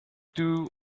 two